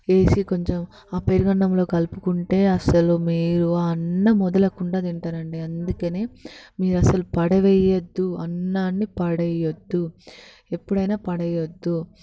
వేసి కొంచెం ఆ పెరుగన్నంలో కలుపుకుంటే అసలు మీరు అన్నం వదలకుండా తింటారు అండి అందుకనే మీరు అసలు పడవేయద్దు అన్నాన్ని పడవవేయద్దు ఎప్పుడైనా పడవేయద్దు